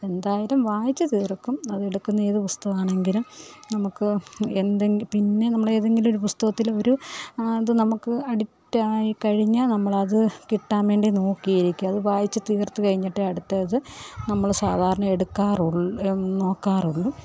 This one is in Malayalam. എന്തായാലും വായിച്ചു തീർക്കും അത് എടുക്കുന്ന ഏത് പുസ്തകമാണെങ്കിലും നമുക്ക് എന്തെങ്കിലും പിന്നെ നമ്മൾ ഏതെന്തങ്കിലുമൊരു പുസ്തകത്തിൽ ഒരു അത് നമുക്ക് അഡിക്റ്റ് ആയി കഴിഞ്ഞാൽ നമ്മൾ അത് കിട്ടാൻ വേണ്ടി നോക്കിയിരിക്കും അത് വായിച്ചു തീർത്തു കഴിഞ്ഞിട്ടേ അടുത്തത് നമ്മൾ സാധാരണ എടുക്കാറുള്ളു നോക്കാറുള്ളു